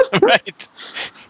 Right